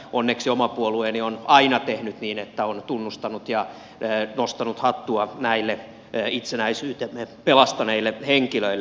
onneksi oma puolueeni on aina tehnyt niin että on tunnustanut ja nostanut hattua näille itsenäisyytemme pelastaneille henkilöille